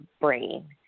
brain